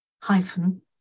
hyphen